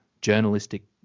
journalistic